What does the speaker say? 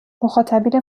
مخاطبین